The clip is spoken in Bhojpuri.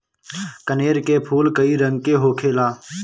कनेर के फूल कई रंग के होखेला